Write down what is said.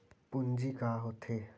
पूंजी का होथे?